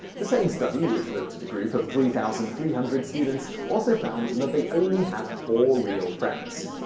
the same study, which looked at a group of three thousand three hundred students, also found that they only had four real friends.